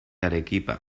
arequipa